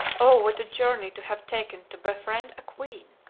oh! what a journey to have taken to befriend a queen.